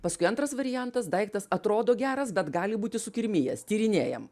paskui antras variantas daiktas atrodo geras bet gali būti sukirmijęs tyrinėjam